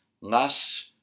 less